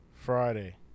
Friday